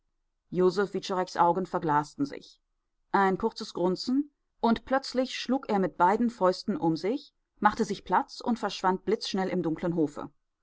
wiczoreks augen verglasten sich ein kurzes grunzen und plötzlich schlug er mit beiden fäusten um sich machte sich platz und verschwand blitzschnell im dunklen hofe